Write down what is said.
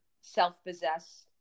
self-possessed